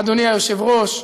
אדוני היושב-ראש,